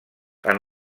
han